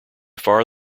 far